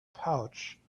pouch